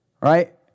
Right